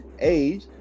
age